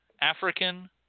African